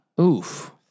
Oof